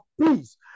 peace